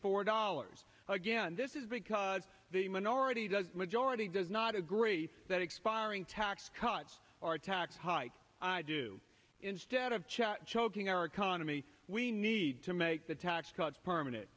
four dollars again this is because the minority does majority does not agree that expiring tax cuts or a tax hike i do instead of chat choking our economy we need to make the tax cuts permanent